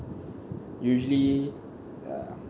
usually uh